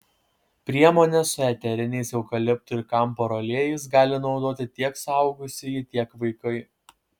priemonę su eteriniais eukaliptų ir kamparo aliejais gali naudoti tiek suaugusieji tiek vaikai